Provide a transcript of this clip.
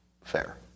fair